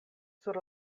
sur